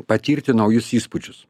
patirti naujus įspūdžius